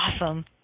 Awesome